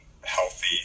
healthy